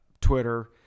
twitter